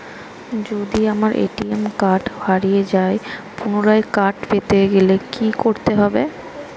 যদি আমার ATM card হারিয়ে যায় পুনরায় কার্ড পেতে গেলে কি করতে হবে?